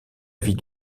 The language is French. vie